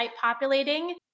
populating